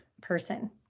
person